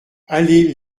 allée